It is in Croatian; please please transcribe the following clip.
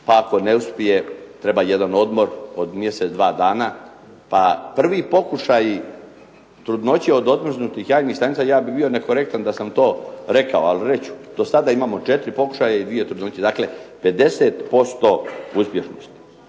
pa ako ne uspije treba jedan odmor od mjesec, dva dana, pa prvi pokušaji trudnoće od odmrznutih jajnih stanica ja bih bio nekorektan da sam to rekao, ali reći ću, dosada imamo 4 pokušaja i 2 trudnoće. Dakle, 50% uspješnosti.